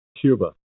Cuba